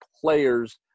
players